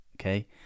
Okay